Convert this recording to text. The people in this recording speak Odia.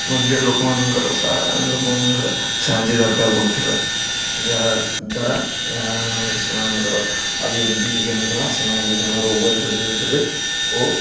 ମଧ୍ୟ ଲୋକମାନଙ୍କର ଲୋକମାନଙ୍କର ସାହାଯ୍ୟ ଦରକାର ପଡ଼ୁଥିଲା ଯାହାଦ୍ୱାରା ଏହା ସେମାନଙ୍କର ଅଭିବୃଦ୍ଧି ହେଉନଥିଲା ସେମାନେ ବିଭିନ୍ନ ରୋଗରେ ପିଡ଼ିତ ଦେଉଥିଲେ ଓ